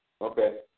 Okay